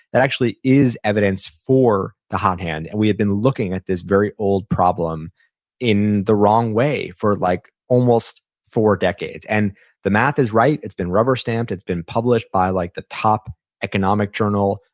that actually is evidence for the hot hand and we had been looking at this very old problem in the wrong way for like almost four decades. and the math is right, it's been rubber stamped, it's been published by like the top economic journal.